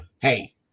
hey